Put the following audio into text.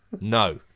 No